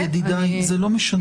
ידידיי, זה לא משנה.